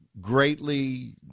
greatly